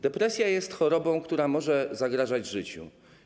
Depresja jest chorobą, która może zagrażać życiu.